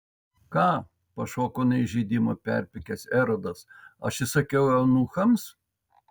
ką pašoko nuo įžeidimo perpykęs erodas aš įsakiau eunuchams